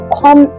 come